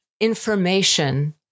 information